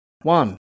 one